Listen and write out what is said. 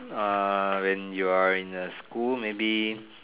uh when you're in a school maybe